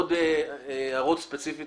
עוד הערות ספציפיות